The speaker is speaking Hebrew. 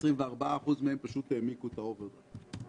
24% מהם פשוט העמיקו את האוברדרפט.